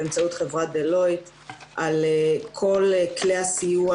באמצעות חברת דה לויד על כל כלי הסיוע